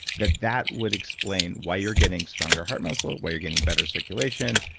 that that would explain why you're getting stronger heart muscle, why you're getting better circulation,